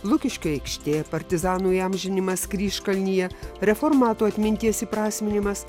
lukiškių aikštė partizanų įamžinimas kryžkalnyje reformatų atminties įprasminimas